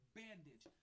bandage